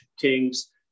kings